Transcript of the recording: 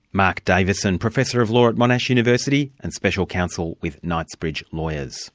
mark davison, professor of law at monash university and special counsel with knightsbridge lawyers